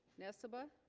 nessebar